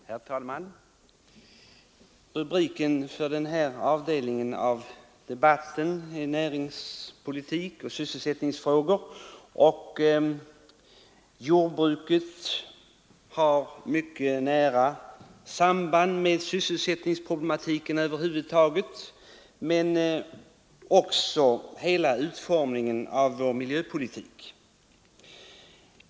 Herr talman! Rubriken för detta avsnitt av debatten är Näringsoch arbetsmarknadspolitik, och jordbruket har ett mycket nära samband med sysselsättningspolitiken över huvud taget men också med hela utformningen av vår miljöpolitik.